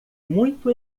muito